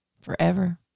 Forever